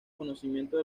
conocimientos